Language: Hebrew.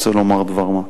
רוצה לומר דבר מה.